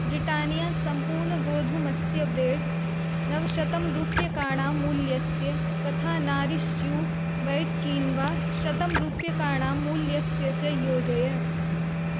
Britannia सम्पूर्णगोधूमस्य bread नवशतं रूप्यकाणां मूल्यस्य तथा नरिश् यू वैट् कीन्वा शतं रूप्यकाणां मूल्यस्य च योजय